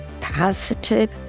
positive